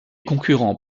concurrents